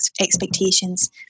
expectations